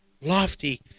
Lofty